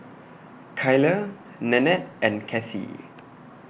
Kyler Nannette and Cathie